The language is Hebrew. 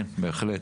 כן, בהחלט.